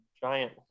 giant